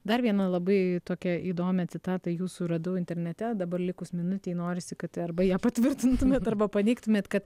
dar vieną labai tokią įdomią citatą jūsų radau internete dabar likus minutei norisi kad arba ją patvirtintumėt arba paneigtumėt kad